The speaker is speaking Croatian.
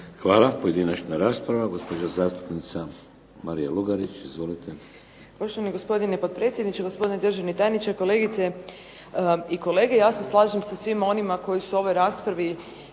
Hvala. Pojedinačna rasprava. Gospođa zastupnica Marija Lugarić, izvolite.